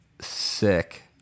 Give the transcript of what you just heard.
sick